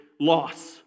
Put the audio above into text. loss